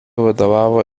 vadovavo